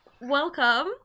welcome